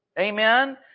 Amen